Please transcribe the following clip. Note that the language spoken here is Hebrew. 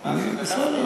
בסדר,